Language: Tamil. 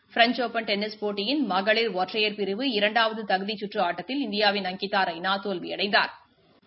பிரெஞ்ச் ஓப்பள் டென்னிஸ் போட்டியின் மகளிட் ஒற்றையர் பிரிவு இரண்டாவது தகுதி கற்று ஆட்டத்தில் இந்தியாவின் அங்கிதா ரெய்னா தோல்வியடைந்தாா்